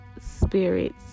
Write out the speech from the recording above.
spirits